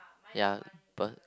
ya